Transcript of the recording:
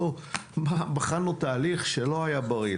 אנחנו בחנו תאריך שלא היה בריא,